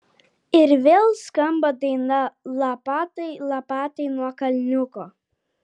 ir vėl skamba daina lapatai lapatai nuo kalniuko